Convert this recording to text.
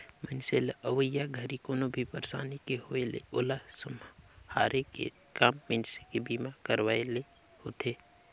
मइनसे ल अवइया घरी कोनो भी परसानी के होये मे ओला सम्हारे के काम मइनसे के बीमा करवाये ले होथे